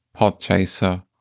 Podchaser